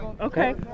okay